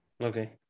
okay